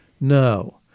No